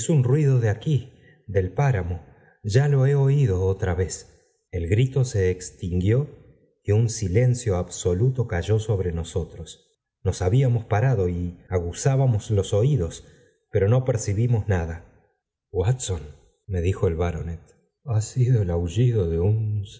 mido de a q uí del páramo ya lo he oídó otra vez el grito se extinguió y un silencio absoluto cay sobre nosotros nos habíamos parado y aguzábamos los oídos pero no percibimos nada watson me dijo el baronet ha sido el aullido de un